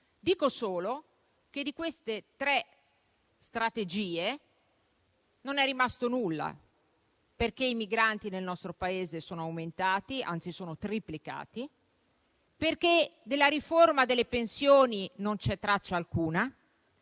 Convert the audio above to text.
dico solo che di queste tre strategie non è rimasto nulla: i migranti nel nostro Paese sono aumentati, anzi sono triplicati; della riforma delle pensioni non c'è traccia alcuna;